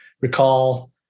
recall